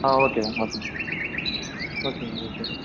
okay అర్దమౌతుంది okay okay